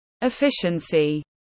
efficiency